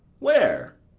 where?